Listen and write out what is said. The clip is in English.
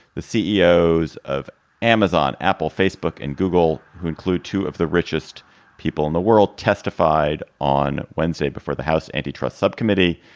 the ceos of amazon, apple, facebook and google, who include two of the richest people in the world, testified on wednesday before the house antitrust subcommittee.